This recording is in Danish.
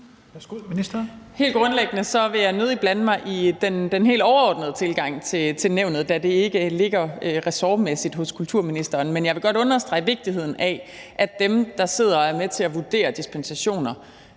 Helt grundlæggende vil jeg nødig blande mig i den helt overordnede tilgang til nævnet, da det ikke ligger ressortmæssigt hos kulturministeren, men jeg vil godt understrege vigtigheden af, at dem, der sidder og er med til at vurdere dispensationer,